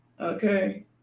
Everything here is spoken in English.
Okay